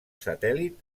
satèl·lit